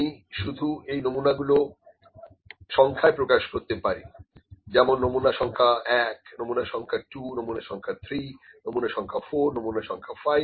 আমি এই নমুনাগুলো সংখ্যায় প্রকাশ করতে পারি যেমন নমুনা সংখ্যা 1নমুনা সংখ্যা 2 নমুনা সংখ্যা 3নমুনা সংখ্যা 4 নমুনা সংখ্যা 5